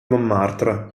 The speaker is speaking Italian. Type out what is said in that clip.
montmartre